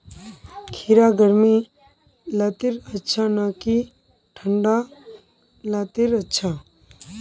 खीरा की गर्मी लात्तिर अच्छा ना की ठंडा लात्तिर अच्छा?